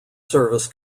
service